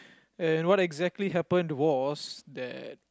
and what exactly happen was that